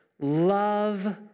love